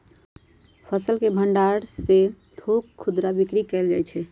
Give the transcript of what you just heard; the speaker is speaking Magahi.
फसल के भण्डार से थोक खुदरा बिक्री कएल जाइ छइ